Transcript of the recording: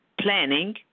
planning